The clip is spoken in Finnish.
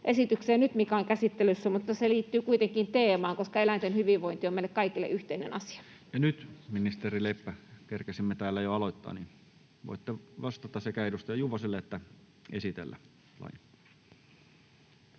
esitykseen, mikä nyt on käsittelyssä, mutta se liittyy kuitenkin teemaan, koska eläinten hyvinvointi on meille kaikille yhteinen asia. Jatkakaa vain. Nyt ministeri Leppä. Kerkesimme täällä jo aloittaa, joten voitte sekä vastata edustaja Juvoselle että esitellä lain.